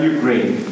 Ukraine